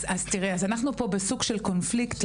אז אנחנו פה בסוג של קונפליקט,